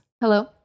Hello